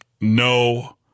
No